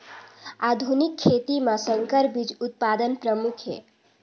आधुनिक खेती म संकर बीज उत्पादन प्रमुख हे